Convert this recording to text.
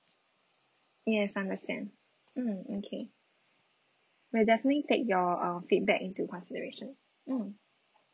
yes understand mm okay we'll definitely take your uh feedback into consideration mm